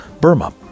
Burma